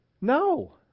No